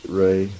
ray